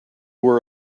were